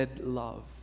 love